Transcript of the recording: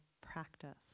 practice